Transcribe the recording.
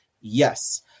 Yes